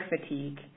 fatigue